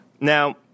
Now